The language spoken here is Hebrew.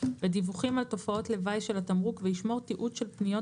ודיווחים על תופעות לוואי של התמרוק וישמור תיעוד של פניות